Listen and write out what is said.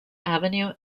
avenue